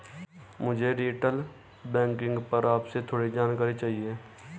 मुझे retail banking पर आपसे थोड़ी जानकारी चाहिए